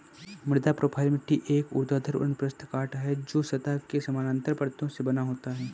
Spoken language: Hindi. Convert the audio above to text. मृदा प्रोफ़ाइल मिट्टी का एक ऊर्ध्वाधर अनुप्रस्थ काट है, जो सतह के समानांतर परतों से बना होता है